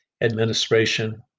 administration